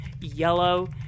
yellow